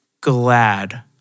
glad